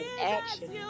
action